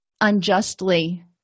unjustly